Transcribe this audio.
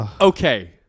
Okay